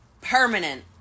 permanent